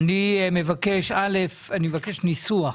א', אני מבקש ניסוח,